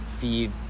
feed